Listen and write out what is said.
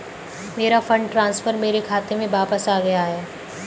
मेरा fund transfer मेरे खाते में वापस आ गया है